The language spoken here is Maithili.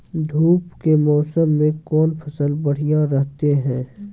धूप के मौसम मे कौन फसल बढ़िया रहतै हैं?